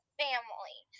family